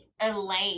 Elaine